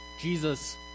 Jesus